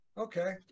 Okay